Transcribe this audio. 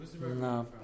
No